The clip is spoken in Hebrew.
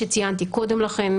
שציינתי קודם לכן,